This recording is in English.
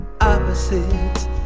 Opposites